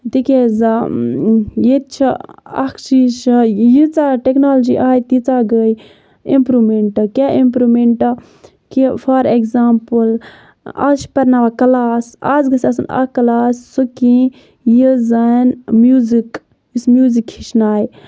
تِکیازِ ییٚتہِ چھُ اکھ چیٖز چھُ ییٖژہ ٹیٚکنالجی آیہِ تیٖژہ گٔے اِمپروٗمیٚنٹ کیاہ اِمپروٗمیٚنٹ کہِ فار ایٚکزامپٕل آز چھِ پَرناوان کَلاس آز گژھِ آسُن اکھ کَلاس سُہ کہِ یہِ زَن میوٗزِک یُس میوٗزِک ہٮ۪چھنایہِ